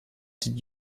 did